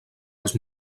els